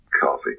Coffee